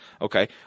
Okay